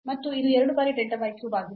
ಮತ್ತು ಇದು 2 ಬಾರಿ delta y cube ಆಗಿದೆ